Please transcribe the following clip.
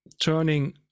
turning